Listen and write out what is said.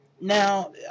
Now